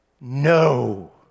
No